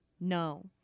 No